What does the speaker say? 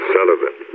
Sullivan